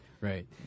Right